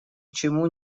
чему